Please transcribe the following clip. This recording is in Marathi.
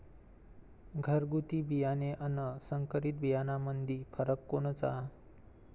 घरगुती बियाणे अन संकरीत बियाणामंदी फरक कोनचा?